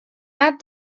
add